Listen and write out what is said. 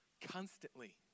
constantly